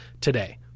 today